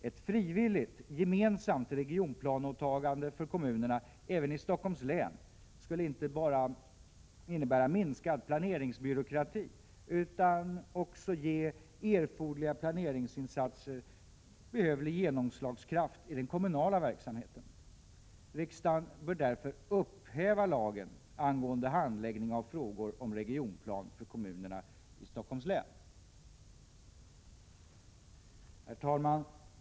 Ett frivilligt, gemensamt regionplaneåtagande för kommunerna även i Stockholms län skulle inte bara innebära minskad planeringsbyråkrati utan också ge erforderliga planeringsinsatser behövlig genomslagskraft i den kommunala verksamheten. Riksdagen bör därför upphäva lagen angående handläggning av frågor om regionplan för kommunerna i Stockholms län. Herr talman!